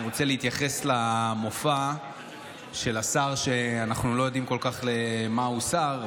אני רוצה להתייחס למופע של השר שאנחנו לא יודעים כל כך למה הוא שר,